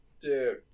Dude